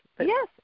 Yes